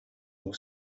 your